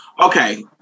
Okay